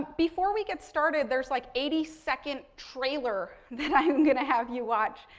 before we get started, there's like eighty second trailer that i'm going to have you watch.